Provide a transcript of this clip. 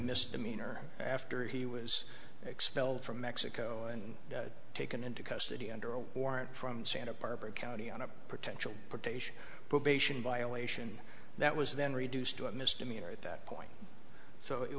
misdemeanor after he was expelled from mexico and taken into custody under a warrant from santa barbara county on a potential potations probation violation that was then reduced to a misdemeanor at that point so it